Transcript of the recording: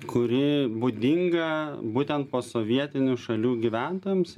kuri būdinga būtent posovietinių šalių gyventojams